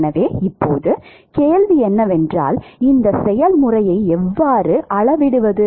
எனவே இப்போது கேள்வி என்னவென்றால் இந்த செயல்முறையை எவ்வாறு அளவிடுவது